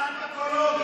שקרן פתולוגי.